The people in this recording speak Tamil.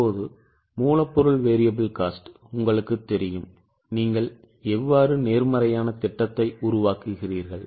இப்போது மூலப்பொருள் variable cost உங்களுக்குத் தெரியும் நீங்கள் எவ்வாறு நேர்மறையான திட்டத்தை உருவாக்குவீர்கள்